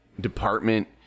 department